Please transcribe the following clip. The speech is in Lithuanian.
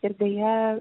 ir deja